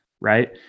right